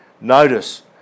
notice